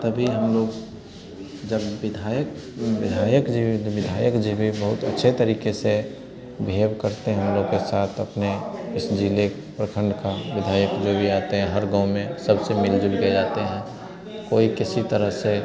तभी हम लोग जब विधायक विधायक जी भी विधायक जी भी बहुत अच्छे तरीक़े से बीहेव करते हैं हम लोग के साथ अपने इस ज़िले प्रखंड के विधायक जो भी आते हैं हर गाँव में सबसे मिल जुलकर जाते हैं कोई किसी तरह से